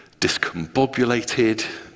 discombobulated